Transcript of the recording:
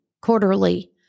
quarterly